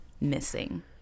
missing